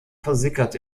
versickert